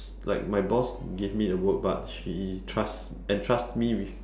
like my boss gave me the work but she trust entrust me with